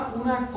una